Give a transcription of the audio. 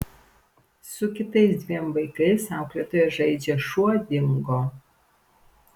su kitais dviem vaikais auklėtoja žaidžia šuo dingo